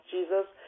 Jesus